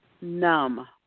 numb